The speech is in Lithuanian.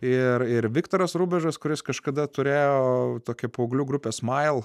ir ir viktoras rubežas kuris kažkada turėjo tokią paauglių grupės smajel